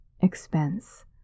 expense